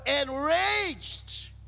enraged